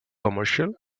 commercial